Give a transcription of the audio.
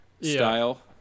style